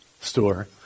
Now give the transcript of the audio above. store